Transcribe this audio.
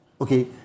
okay